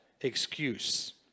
excuse